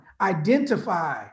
identify